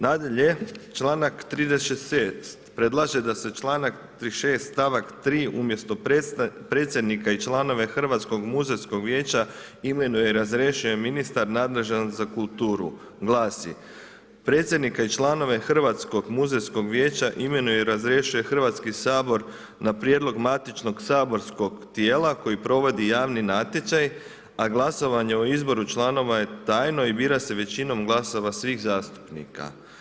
Nadalje, članak 36. predlaže da se članak 36. stavak 3. umjesto predsjednika i članove Hrvatskog muzejskog vijeća imenuje i razrješuje ministar nadležan za kulturu glasi: Predsjednika i članove Hrvatskog muzejskog vijeća imenuje i razrješuje Hrvatski sabor na prijedlog matičnog saborskog tijela koji provodi javni natječaj, a glasovanje o izboru članova je tajno i bira se većinom glasova svih zastupnika.